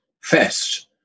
fest